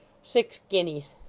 six guineas